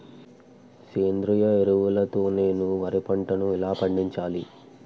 సేంద్రీయ ఎరువుల తో నేను వరి పంటను ఎలా పండించాలి?